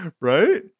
right